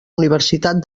universitat